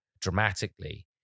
dramatically